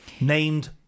named